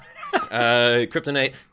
Kryptonite